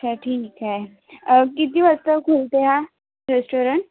अच्छा ठीक आहे किती वाजता खुलते हा रेस्टॉरंट